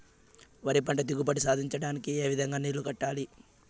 వరి పంట దిగుబడి సాధించడానికి, ఏ విధంగా నీళ్లు కట్టాలి?